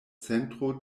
centro